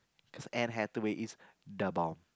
cause Anne-Hathaway is the bomb